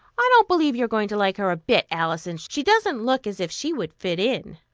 i don't believe you are going to like her a bit, alison. she doesn't look as if she would fit in.